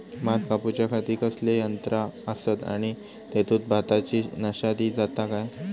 भात कापूच्या खाती कसले यांत्रा आसत आणि तेतुत भाताची नाशादी जाता काय?